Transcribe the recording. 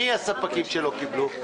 מי הספקים שלא קיבלו?